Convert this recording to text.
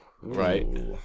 Right